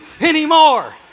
anymore